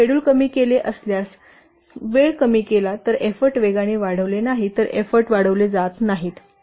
प्रथम शेड्युल कमी केले असल्यास वेळ कमी केला तर एफ्फोर्ट वेगाने वाढविले नाही तर एफ्फोर्ट वाढविले जात नाहीत